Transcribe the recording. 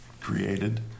created